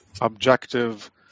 objective